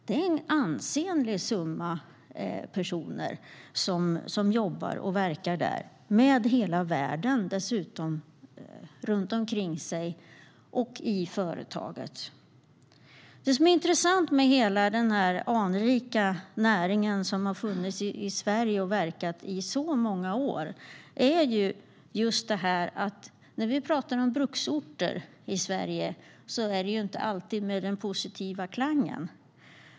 Det är en ansenlig summa personer som jobbar och verkar där, dessutom med hela världen runt omkring sig och i företaget. Det som är intressant med hela denna anrika näring, som har funnits och verkat i Sverige i så många år, är just det här. När vi talar om bruksorter i Sverige är det inte alltid med en positiv klang.